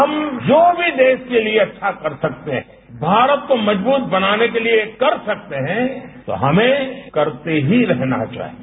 हम जो भी देश के लिए अच्छा कर सकते हैं भारत को मजबूत बनाने के लिए कर सकते हैं तो हमें करते ही रहना चाहिए